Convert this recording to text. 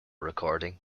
recording